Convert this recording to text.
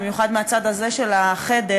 במיוחד מהצד הזה של החדר,